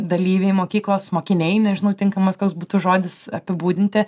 dalyviai mokyklos mokiniai nežinau tinkamas koks būtų žodis apibūdinti